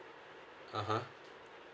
a'ah